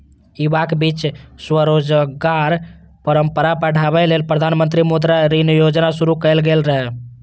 युवाक बीच स्वरोजगारक परंपरा बढ़ाबै लेल प्रधानमंत्री मुद्रा ऋण योजना शुरू कैल गेल रहै